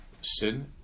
sin